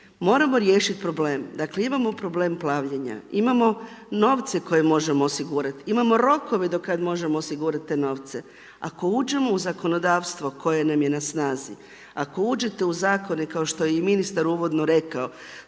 Moramo riješiti problem, dakle imamo problem plavljenja, imamo novce koje možemo osigurati, imamo rokove do kada možemo osigurati te novce. Ako uđemo u zakonodavstvo koje nam je na snazi, ako uđete u zakone kao što je i ministar uvodno rekao